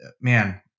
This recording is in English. man